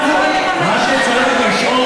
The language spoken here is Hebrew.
גם יו"ר הוועדה יכול להגיד שהוא מסכים ואז לא לממש את זה.